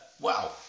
wow